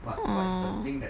mm